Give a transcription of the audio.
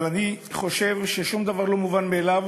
אבל אני חושב ששום דבר לא מובן מאליו,